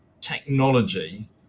technology